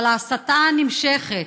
אבל ההסתה נמשכת.